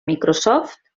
microsoft